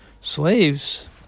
slaves